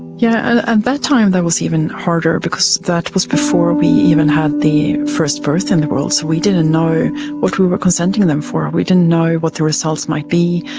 yeah and that time it was even harder because that was before we even had the first birth in the world, so we didn't know what we were consenting them for, we didn't know what the results might be,